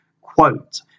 quote